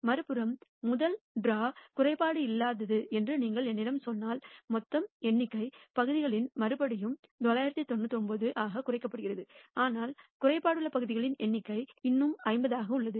மறுபுறம் முதல் டிரா குறைபாடு இல்லாதது என்று நீங்கள் என்னிடம் சொன்னால் மொத்த எண்ணிக்கை பகுதிகளின் மறுபடியும் 999 ஆக குறைக்கப்படுகிறது ஆனால் குறைபாடுள்ள பகுதிகளின் எண்ணிக்கை இன்னும் 50 ஆக உள்ளது